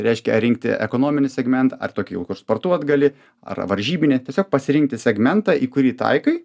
reiškia ar rinkti ekonominį segmentą ar tokį kur sportuot gali ar varžybinį tiesiog pasirinkti segmentą į kurį taikai